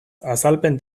azalpen